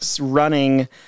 running